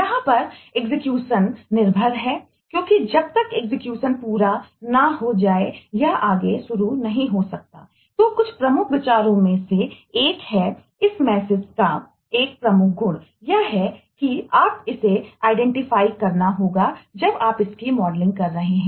यहां पर एग्जीक्यूशन करना होगा जब आप इसकी मॉडलिंग कर रहे हैं